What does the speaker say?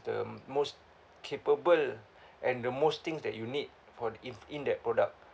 the most capable and the most things that you need for in in that product